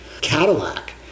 Cadillac